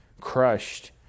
crushed